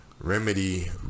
remedy